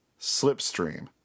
Slipstream